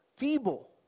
feeble